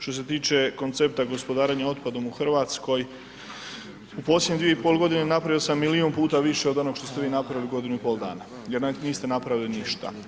Što se tiče koncepta gospodarenja otpadom u Hrvatskoj u posljednje dvije i pol godine napravio sam milijun puta više od onog što ste vi napravili u godinu i pol dana jel niste napravili ništa.